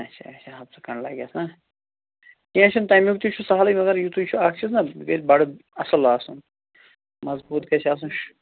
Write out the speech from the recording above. اَچھا اَچھا ہفتہٕ کھنٛڈ لَگہِ اَتھ ہا کیٚنٛہہ چھُنہٕ تَمیُک تہِ چھُ سہلٕے مگر یِتتُے چھُ اَکھ چیٖز نا یہِ گژھِ بَڈٕ اَصٕل آسُن مضبوٗط گَژھِ آسُن شو